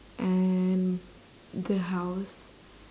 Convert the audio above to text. and the house